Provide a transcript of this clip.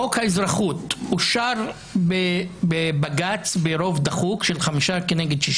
חוק האזרחות אושר בבג"ץ ברוב דחוק של 5 נגד 6,